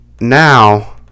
now